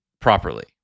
properly